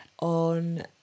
on